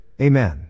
Amen